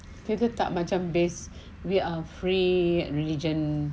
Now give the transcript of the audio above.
kita tak macam based we are free religious